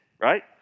right